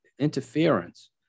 interference